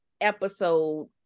episode